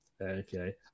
Okay